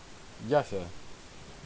just ah